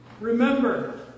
Remember